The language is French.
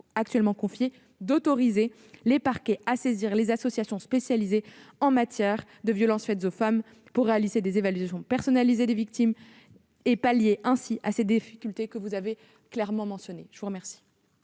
actuellement confiées, autorisera les parquets à saisir les associations spécialisées en matière de violences faites aux femmes pour réaliser des évaluations personnalisées des victimes et pallier ainsi les difficultés que vous avez clairement décrites. La parole